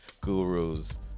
gurus